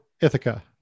Ithaca